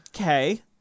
Okay